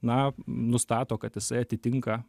na nustato kad jisai atitinka